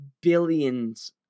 billions